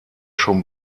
schon